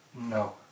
No